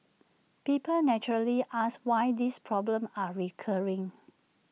people naturally ask why these problems are recurring